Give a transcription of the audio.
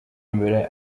imbere